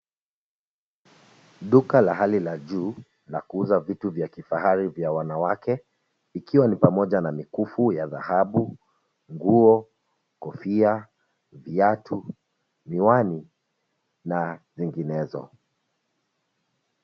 Duka la hali la juu, la kuzaa vitu vya kifahari vya wanawake, ikiwa ni pamoja na mikufu ya dhahabu, nguo, kofia, viatu miwani na zinginezo.